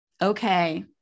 okay